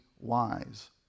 wise